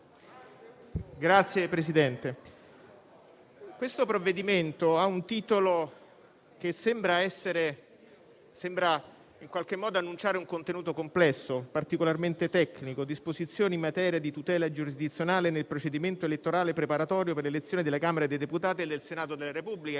Signor Presidente, il provvedimento al nostro esame ha un titolo che sembra annunciare un contenuto complesso, particolarmente tecnico («Disposizioni in materia di tutela giurisdizionale nel procedimento elettorale preparatorio per le elezioni della Camera dei deputati e del Senato della Repubblica»).